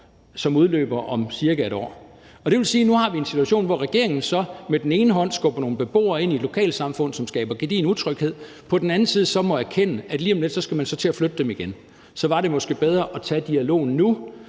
som udløber om cirka et år. Det vil sige, at nu har vi en situation, hvor regeringen så med den ene hånd skubber nogle beboere ind i et lokalsamfund, som skaber gedigen utryghed, men på den anden side også må erkende, at lige om lidt skal man så til at flytte dem igen. Så var det måske bedre at tage dialogen nu